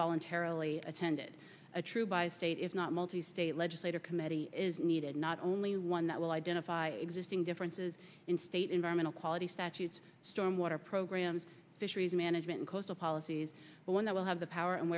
voluntarily attended a true by state if not multi state legislative committee is needed not only one that will identify existing differences in state environmental quality statutes stormwater programs fisheries management coastal policies but one that will have the power and